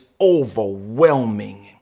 overwhelming